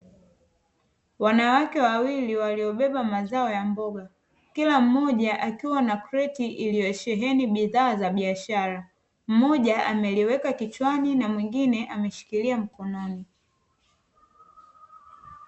Wanawake wawili waliobeba mazao ya mboga. Kila mmoja akiwa na kreti iliyosheheni bidhaa za biashara. Mmoja ameliweka kichwani na mwingine ameshikilia mkononi.